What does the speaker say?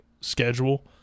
schedule